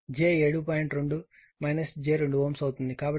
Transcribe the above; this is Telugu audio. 2 j 2 Ω అవుతుంది కాబట్టి RL విలువ 2